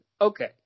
Okay